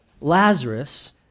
Lazarus